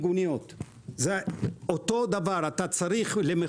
אותו דבר היה במיגוניות.